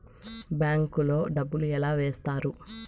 bank లో డబ్బులు ఎలా వేస్తారు